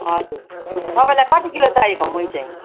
हजुर तपाईँलाई कति किलो चाहिएको मही चाहिँ